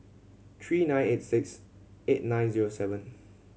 three nine eight six eight nine zero seven